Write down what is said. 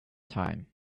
time